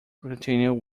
continued